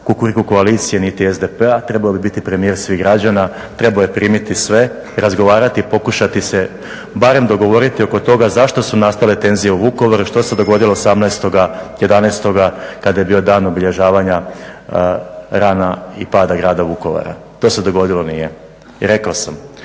Kukuriku koalicije niti SDP-a, trebao bi biti premijer svih građana, trebao je primiti sve i razgovarati, pokušati se barem dogovoriti oko toga zašto su nastale tenzije u Vukovaru i što se dogodilo 18.11. kada je bio dan obilježavanja rana i pada Grada Vukovara. To se dogodilo nije. I rekao sam,